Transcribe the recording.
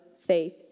faith